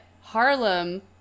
Harlem